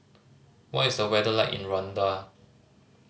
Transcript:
what is the weather like in Rwanda